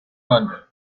london